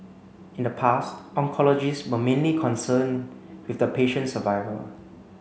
in the past oncologists were mainly concerned with the patient survival